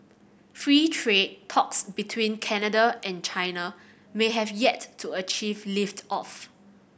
free trade talks between Canada and China may have yet to achieve lift off